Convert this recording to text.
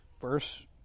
verse